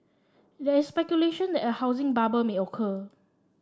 there is speculation that a housing bubble may occur